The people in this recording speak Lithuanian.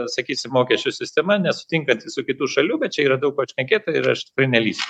sakysim mokesčių sistema nesutinkanti su kitų šalių bet čia yra daug ką šnekėt tai aš tikrai nelįsiu